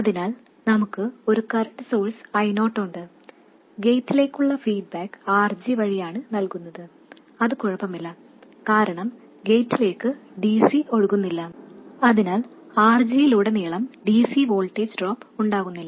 അതിനാൽ നമുക്ക് ഒരു കറൻറ് സോഴ്സ് I0 ഉണ്ട് ഗേറ്റിലേക്കുള്ള ഫീഡ്ബാക്ക് RG വഴിയാണ് നൽകുന്നത് അത് കുഴപ്പമില്ല കാരണം ഗേറ്റിലേക്ക് dc ഒഴുകുന്നില്ല അതിനാൽ RG യിലുടനീളം dc വോൾട്ടേജ് ഡ്രോപ്പ് ഉണ്ടാകില്ല